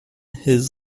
his